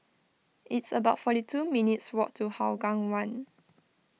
it's about forty two minutes' walk to Hougang one